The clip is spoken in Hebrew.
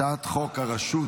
הצעת חוק הרשות